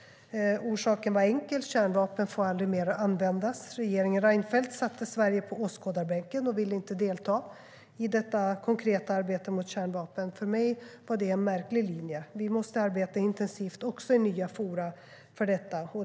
Orsaken var enkel: Kärnvapen får aldrig mer användas. Regeringen Reinfeldt satte Sverige på åskådarbänken och ville inte delta i detta konkreta arbete mot kärnvapen. För mig var det en märklig linje. Vi måste arbeta intensivt, också i nya forum, för detta.